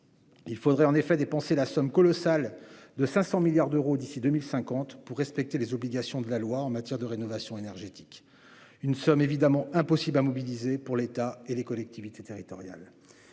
il faudrait dépenser la somme colossale de 500 milliards d'euros d'ici à 2050 pour respecter les obligations de la loi en matière de rénovation énergétique. Cette somme est évidemment impossible à mobiliser pour l'État et pour les collectivités.